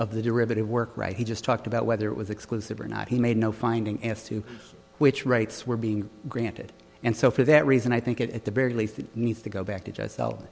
of the derivative work right he just talked about whether it was exclusive or not he made no finding as to which rights were being granted and so for that reason i think at the very least he needs to go back i